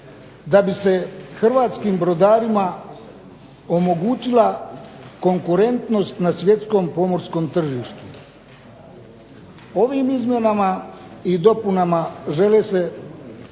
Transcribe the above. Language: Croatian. da bi se Hrvatskim brodarima omogućila konkurentnost na svjetskom pomorskom tržištu. Ovim izmjenama i dopunama žele se